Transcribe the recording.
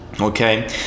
Okay